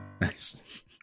Nice